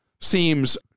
seems